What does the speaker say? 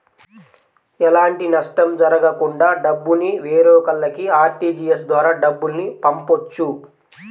ఎలాంటి నష్టం జరగకుండా డబ్బుని వేరొకల్లకి ఆర్టీజీయస్ ద్వారా డబ్బుల్ని పంపొచ్చు